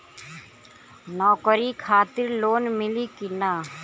नौकरी खातिर लोन मिली की ना?